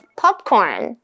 popcorn